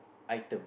item